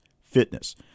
fitness